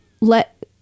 let